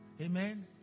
Amen